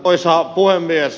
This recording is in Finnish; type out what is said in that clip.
arvoisa puhemies